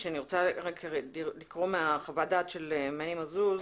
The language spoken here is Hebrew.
אני רוצה רק לקרוא מחוות הדעת של מני מזוז,